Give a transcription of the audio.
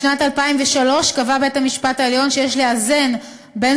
בשנת 2003 קבע בית-המשפט העליון שיש לאזן בין